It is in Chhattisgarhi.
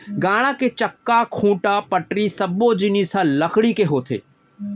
गाड़ा के चक्का, खूंटा, पटरी सब्बो जिनिस ह लकड़ी के होथे